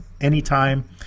anytime